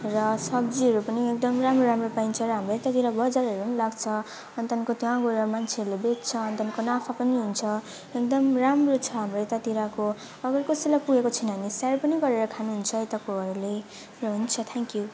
र सब्जीहरू पनि एकदम राम्रो राम्रो पाइन्छ र हाम्रो यतातिर बजारहरू पनि लाग्छ अनि त्यहाँदेखिको त्यहाँ गएर मान्छेहरूले बेच्छ अनि त्यहाँदेखिको नाफा पनि हुन्छ एकदम राम्रो छ हाम्रो यतातिरको अगर कसैलाई पुगेको छैन भने सेयर पनि गरेर खानुहुन्छ यताकोहरूले र हुन्छ थ्याङ्क्यु